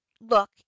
look